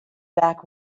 back